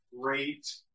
great